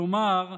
כלומר,